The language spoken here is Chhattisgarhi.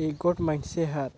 एगोट मइनसे हर